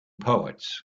poets